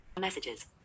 Messages